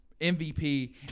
MVP